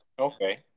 Okay